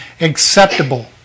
acceptable